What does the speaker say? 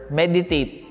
meditate